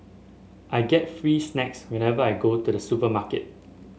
I get free snacks whenever I go to the supermarket